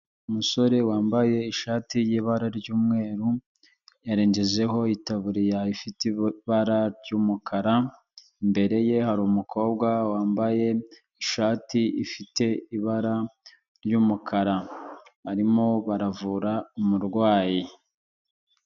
Umusore wambaye ishati y'ibara ry'Umweru yarengejeho itabu ifite ibara ry'umukara, imbere ye hari umukobwa wambaye ishati ifite ibara ry'umukara, arimo baravura umurwayi.